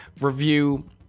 review –